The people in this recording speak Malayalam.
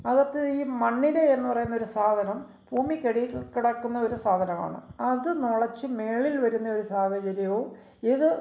അകത്ത് ഈ മണ്ണിര എന്ന് പറയുന്ന ഒരു സാധനം ഭൂമിക്കടിയില് കിടക്കുന്ന ഒരു സാധനമാണ് അത് നൊളച്ച് മേളില് വരുന്ന ഒരു സാഹചര്യവും ഇത്